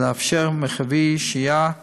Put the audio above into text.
ולאפשר מרחבי שהייה ותנועה,